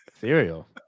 Cereal